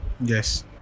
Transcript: Yes